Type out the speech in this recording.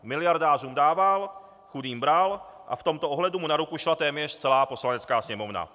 Miliardářům dával, chudým bral a v tomto ohledu mu na ruku šla téměř celá Poslanecká sněmovna.